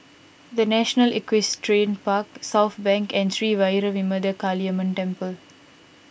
the National Equestrian Park Southbank and Sri Vairavimada Kaliamman Temple